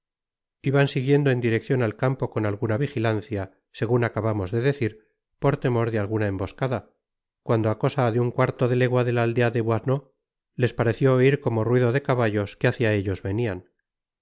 iban siguiendo en direccion al campo con alguna vigilancia segun acabamos de decir por temor de alguna emboscada cuando á cosa de un cuarto de legua de la aldea de boisnau les pareció oir como ruido de caballos que hácia ellos venían